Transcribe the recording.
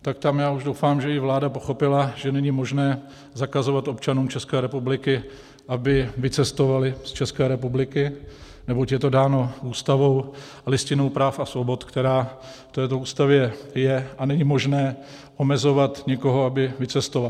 Tak tam doufám, že už i vláda pochopila, že není možné zakazovat občanům České republiky, aby vycestovali z České republiky, neboť je to dáno Ústavou a Listinou základních práv a svobod, která v této Ústavě je, a není možné omezovat někoho, aby vycestoval.